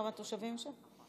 כמה תושבים שם?